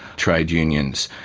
trade unions,